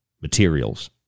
materials